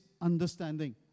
understanding